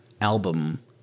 album